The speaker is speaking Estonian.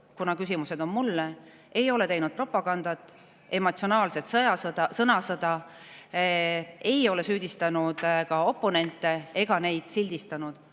kuna küsimused on mulle – ei ole teinud propagandat, emotsionaalset sõnasõda, ei ole ka süüdistanud oponente ega neid sildistanud.